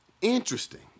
interesting